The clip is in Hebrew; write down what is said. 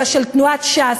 אלא של תנועת ש"ס,